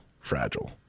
fragile